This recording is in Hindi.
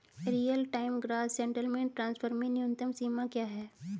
Real time gross settlement transfer में न्यूनतम सीमा क्या है?